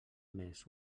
més